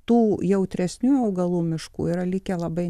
tų jautresnių augalų miškų yra likę labai